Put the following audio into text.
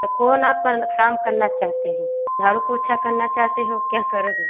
तो कौन आपका नुकसान करना चाहते हैं झाड़ू पोछा करना चाहते हो क्या करोगे